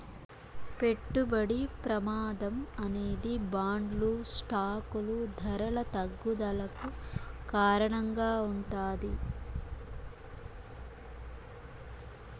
పెట్టుబడి ప్రమాదం అనేది బాండ్లు స్టాకులు ధరల తగ్గుదలకు కారణంగా ఉంటాది